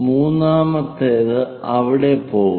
മൂന്നാമത്തേത് അവിടെ പോകുന്നു